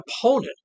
opponent